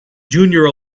junior